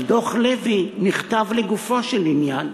אבל דוח לוי נכתב לגופו של עניין,